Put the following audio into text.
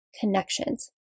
connections